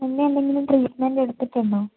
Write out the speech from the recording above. മുന്നേ എന്തെങ്കിലും ട്രീറ്റ്മെൻറ്റെടുത്തിട്ടുണ്ടോ